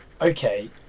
okay